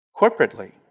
corporately